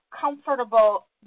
comfortable